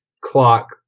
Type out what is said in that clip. clock